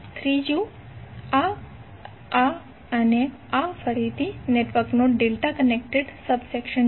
ત્રીજું આ આ અને આ ફરીથી નેટવર્કનો ડેલ્ટા કનેક્ટેડ સબસેક્શન છે